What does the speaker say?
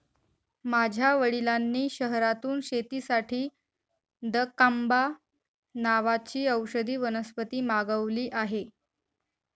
माझ्या वडिलांनी शहरातून शेतीसाठी दकांबा नावाची औषधी वनस्पती मागवली आहे